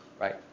right